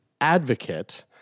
advocate